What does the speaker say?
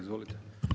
Izvolite.